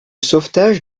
sauvetage